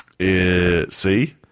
See